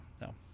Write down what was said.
no